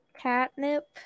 catnip